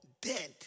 dead